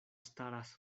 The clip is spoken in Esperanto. staras